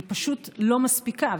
היא פשוט לא מספיקה.